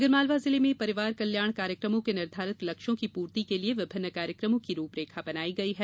आगरमालवा जिले में परिवार कल्याण कार्यक्रमों के निर्धारित लक्ष्यों की पूर्ति के लिए विभिन्न कार्यक्रमों की रूपरेखा बनाई गई है